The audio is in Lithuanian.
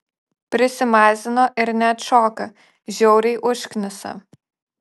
prisimazino ir neatšoka žiauriai užknisa